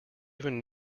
even